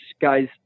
guys